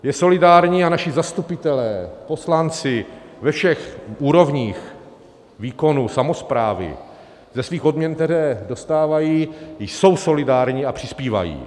Je solidární a naši zastupitelé, poslanci ve všech úrovních výkonu samosprávy ze svých odměn, které dostávají, jsou solidární a přispívají.